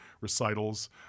recitals